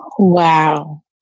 Wow